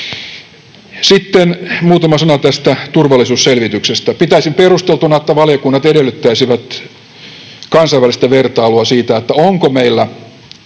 Sitten muutama sana tästä turvallisuusselvityksestä. Pitäisin perusteltuna, että valiokunnat edellyttäisivät kansainvälistä vertailua siitä, onko muiden